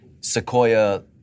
Sequoia